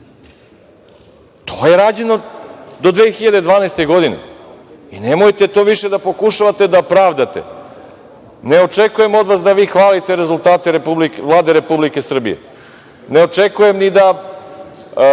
To je rađeno do 2012. godine i nemojte to više da pokušavate da pravdate. Ne očekujem od vas da vi hvalite rezultate Vlade Republike Srbije, ne očekujem ni da